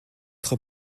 votre